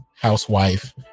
housewife